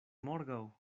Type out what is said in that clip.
morgaŭ